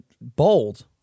Bold